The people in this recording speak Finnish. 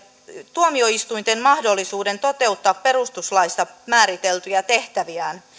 tuomioistuinten mahdollisuuden toteuttaa perustuslaissa määriteltyjä tehtäviään